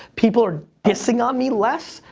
people are dissing on me less,